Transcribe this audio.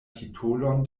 titolon